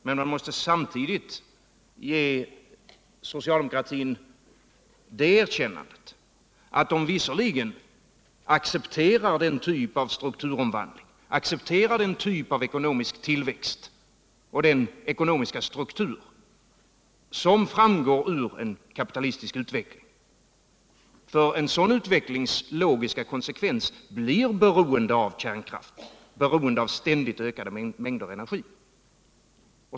Samtidigt måste man dock ge socialdemokratin det erkännandet att den accepterar den typ av ekonomisk tillväxt och den ekonomiska struktur som framgår ur en kapitalistisk utveckling. En sådan utvecklings logiska konsekvens blir beroende av kärnkraft och av ständigt ökade mingder av energi.